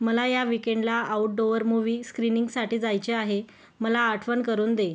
मला या विकेंडला आउटडोअर मूवी स्क्रीनिंगसाठी जायचे आहे मला आठवण करून दे